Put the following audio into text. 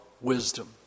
wisdom